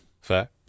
Fair